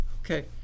Okay